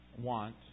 want